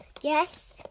Yes